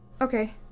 Okay